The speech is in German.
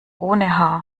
ohne